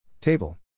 Table